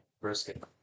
brisket